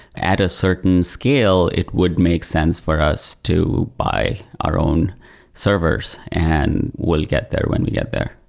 at a certain scale, it would make sense for us to buy our own servers, and we'll get there when we get there.